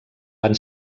van